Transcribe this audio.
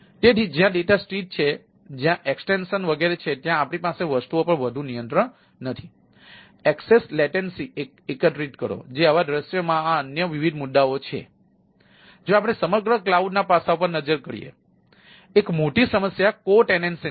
તેથી જ્યાં ડેટા સ્થિત છે જ્યાં એક્સટેન્શન ની છે